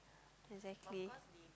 exactly